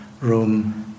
room